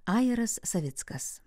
ajeras savickas